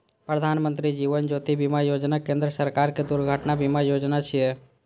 प्रधानमत्री जीवन ज्योति बीमा योजना केंद्र सरकारक दुर्घटना बीमा योजना छियै